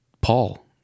Paul